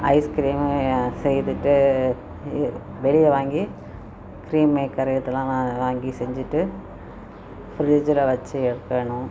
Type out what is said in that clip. ice cream செய்துட்டு வெளியே வாங்கி கிரீம் மேக்கர் இதுலாம் நா வாங்கி செஞ்சிட்டு பிரிட்ஜில் வச்சு எடுக்கணும்